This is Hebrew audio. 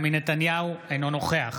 בנימין נתניהו, אינו נוכח